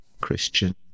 Christian